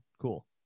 Cool